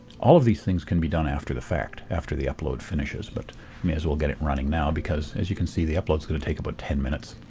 all of these things can be done after the fact after the upload finishes but we may as well get it running now because, as you can see, the upload's going to take about ten minutes.